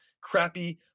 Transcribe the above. crappy